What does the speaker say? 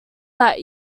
that